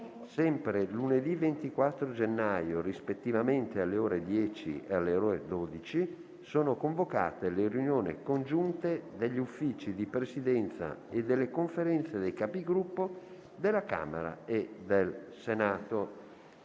Sempre lunedì 24 gennaio, rispettivamente alle ore 10 e alle ore 12, sono convocate le riunioni congiunte degli Uffici di Presidenza e delle Conferenze dei Capigruppo della Camera e del Senato.